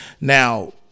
Now